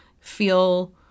feel